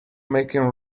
making